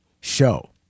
show